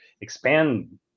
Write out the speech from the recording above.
expand